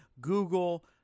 Google